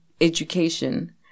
education